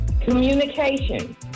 Communication